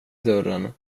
dörren